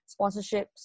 sponsorships